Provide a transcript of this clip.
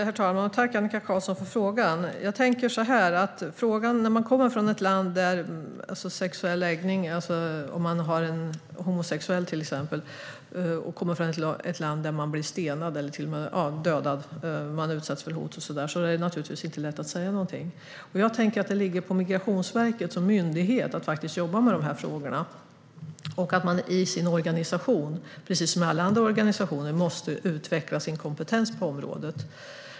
Herr talman! Tack, Annika Qarlsson, för frågan! Jag tänker att när man kommer från ett land där man utsätts för hot eller blir stenad och dödad om man till exempel har en homosexuell läggning är det naturligtvis inte lätt att säga någonting. Jag tänker att det ligger på Migrationsverket som myndighet att faktiskt jobba med dessa frågor och att man i sin organisation, precis som i alla andra organisationer, måste utveckla sin kompetens på området.